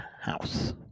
house